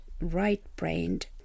right-brained